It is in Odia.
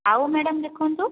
ଆଉ ମ୍ୟାଡ଼ାମ୍ ଦେଖନ୍ତୁ